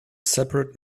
separate